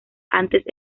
antes